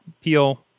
peel